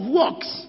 works